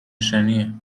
نشانیه